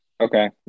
Okay